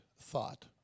thought